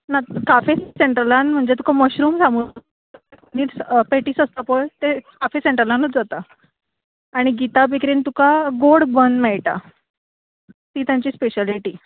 ना काफे सँट्रलांत म्हणजे तुका मशरूम सामोसा पॅटीस आसता पळय ते काफे सँट्रलांतूच जाता आनी गीता बेक्रींत तुका गोड बन मेळटा ती तांची स्पॅशलिटी